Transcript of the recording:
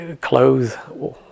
clothes